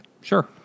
Sure